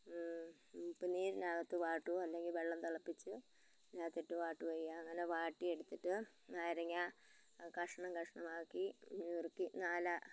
ഉപ്പ് നീരിനകത്ത് വാട്ടുകയോ അല്ലെങ്കില് വെള്ളം തിളപ്പിച്ച് ഇതിനകത്തിട്ട് വാട്ടുകയോ ചെയ്യാം അങ്ങനെ വാട്ടിയെടുത്തിട്ട് നാരങ്ങാ കഷ്ണം കഷ്ണമാക്കി ഞുറുക്കി നാലാ